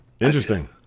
Interesting